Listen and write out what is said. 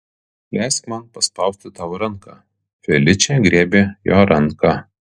leisk man paspausti tau ranką feličė griebė jo ranką